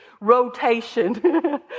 rotation